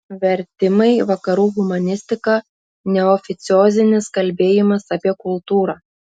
vertimai vakarų humanistika neoficiozinis kalbėjimas apie kultūrą